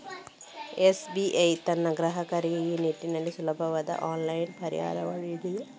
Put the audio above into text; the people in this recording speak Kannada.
ಎಸ್.ಬಿ.ಐ ತನ್ನ ಗ್ರಾಹಕರಿಗೆ ಈ ನಿಟ್ಟಿನಲ್ಲಿ ಸುಲಭವಾದ ಆನ್ಲೈನ್ ಪರಿಹಾರವನ್ನು ನೀಡಿದೆ